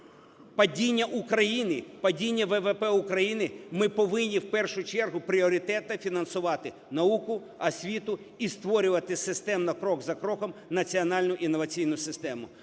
падіння України, падіння ВВП України, ми повинні в першу чергу пріоритетно фінансувати науку, освіту і створювати системно, крок за кроком національну інноваційну систему.